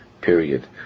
period